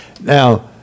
Now